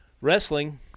Wrestling